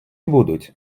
будуть